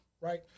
right